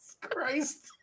Christ